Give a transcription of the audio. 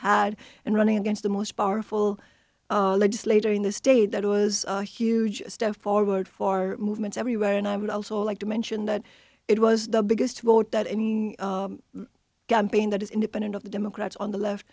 had and running against the most powerful legislator in the state that was a huge step forward for our movement everywhere and i would also like to mention that it was the biggest vote that any gun pain that is independent of the democrats on the left